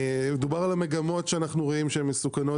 דובר על המגמות שאנחנו רואים שהן מסוכנות.